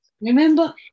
Remember